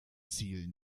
ziel